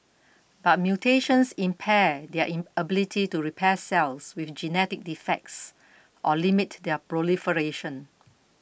but mutations impair their ability to repair cells with genetic defects or limit their proliferation